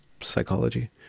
psychology